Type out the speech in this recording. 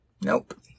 Nope